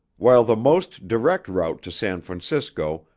while the most direct route to san francisco,